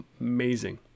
amazing